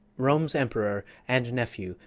rome's emperor, and nephew,